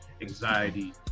anxiety